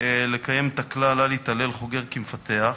לקיים את הכלל אל יתהלל חוגר כמפתח.